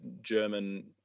German